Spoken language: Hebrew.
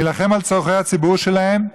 להילחם על צורכי הציבור שלהם,